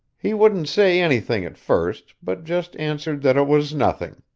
he wouldn't say anything at first, but just answered that it was nothing.